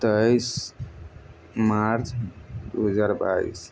तेइस मार्च दू हजार बाइस